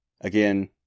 Again